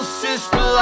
sister